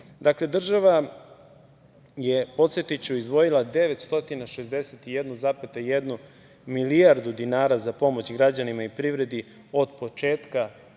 paket. Dakle, država je, podsetiću, izdvojila 961,1 milijardu dinara za pomoć građanima i privredi od početka